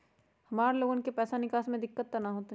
हमार लोगन के पैसा निकास में दिक्कत त न होई?